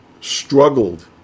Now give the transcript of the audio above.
struggled